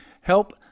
help